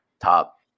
top